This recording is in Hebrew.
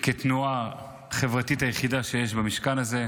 כתנועה החברתית היחידה שיש במשכן הזה,